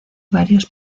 varios